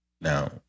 Now